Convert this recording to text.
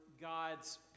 God's